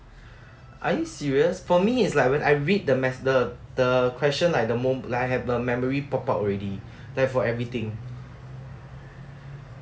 are you serious for me it's like when I read the mes~ the the question like the mo~ like I have the memory pop out already there for everything